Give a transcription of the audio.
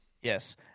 Yes